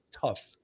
tough